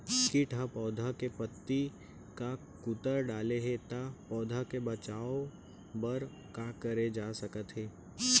किट ह पौधा के पत्ती का कुतर डाले हे ता पौधा के बचाओ बर का करे जाथे सकत हे?